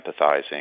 empathizing